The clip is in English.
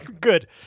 good